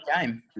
game